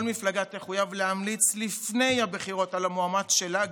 כל מפלגה תחויב להמליץ לפני הבחירות על המועמד שלה,